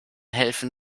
helfen